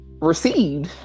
received